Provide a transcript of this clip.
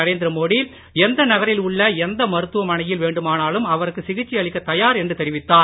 நரேந்திர மோடி எந்த நகரில் உள்ள எந்த மருத்துவமனையில் வேண்டுமானாலும் அவருக்கு சிகிச்சை அளிக்க தயார் என்று தெரிவித்தார்